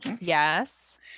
yes